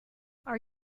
are